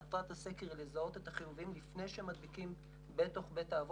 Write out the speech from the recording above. מטרת הסקר היא לזהות את החיוביים לפני שמדביקים בתוך בית האבות.